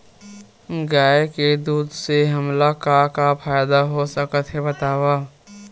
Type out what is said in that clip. गाय के दूध से हमला का का फ़ायदा हो सकत हे बतावव?